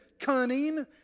cunning